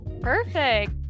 Perfect